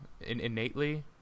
innately